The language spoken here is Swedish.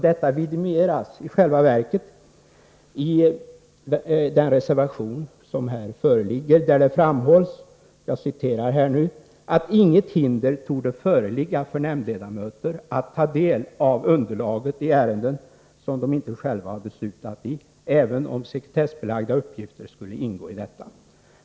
Detta vidimeras i själva verket i vpk:s reservation 8, där det framhålls ”att inget hinder torde föreligga för nämndledamöter att ta del av underlaget i ärenden som de inte själva har beslutat i, även om sekretessbelagda uppgifter skulle ingå i detta.